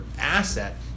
asset